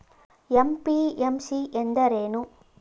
MPMC ಎಂದರೇನು?